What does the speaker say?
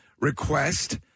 request